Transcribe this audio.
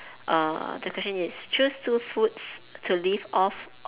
the question is choose two food to live off